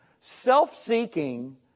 Self-seeking